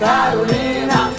Carolina